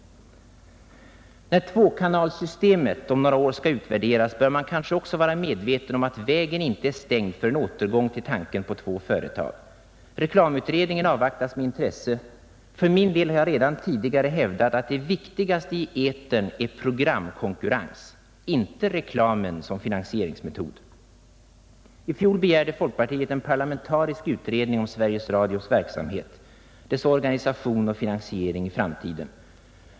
När tvåkanalsystemet om några år skall utvärderas, bör man kanske vara medveten om att vägen inte är stängd för en återgång till tanken på två företag. Reklamutredningen avvaktas med intresse. För min del har jag redan tidigare hävdat, att det viktigaste i etern är programkonkurrens, inte reklamen som finansieringsmetod. I fjol begärde folkpartiet en parlamentarisk utredning om Sveriges Radios verksamhet, dess organisation och finansiering i framtiden.